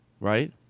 Right